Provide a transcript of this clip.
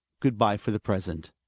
good-bye for the present,